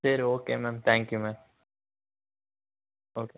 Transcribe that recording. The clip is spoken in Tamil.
சரி okay ma'am thank you ma'am okay